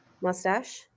mustache